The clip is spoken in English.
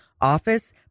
office